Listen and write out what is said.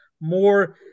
more